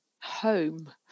home